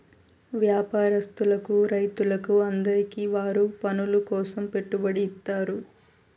వ్యాపారస్తులకు రైతులకు అందరికీ వారి పనుల కోసం పెట్టుబడి ఇత్తారు